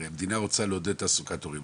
הרי המדינה רוצה לעודד תעסוקת הורים,